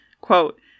quote